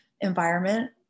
environment